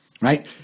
Right